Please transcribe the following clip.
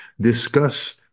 Discuss